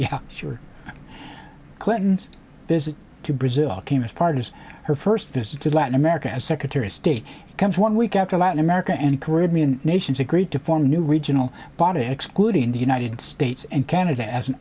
yeah sure clinton's visit to brazil came as part of her first visit to latin america as secretary of state comes one week after latin america and caribbean nations agreed to form a new regional body excluding the united states and canada as an